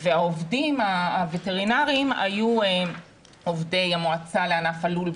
והעובדים הווטרינרים היו עובדי המועצה לענף הלול,